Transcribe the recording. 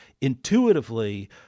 intuitively